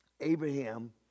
Abraham